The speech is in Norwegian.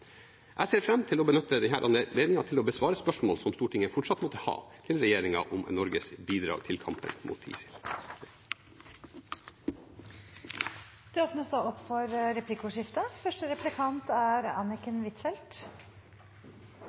Jeg ser fram til å benytte denne anledningen til å besvare spørsmål som Stortinget fortsatt måtte ha til regjeringen om Norges bidrag til kampen mot ISIL. Det blir replikkordskifte. Det er,